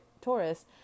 taurus